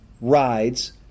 rides